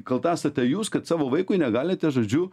kalta esate jūs kad savo vaikui negalite žodžiu